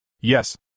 Yes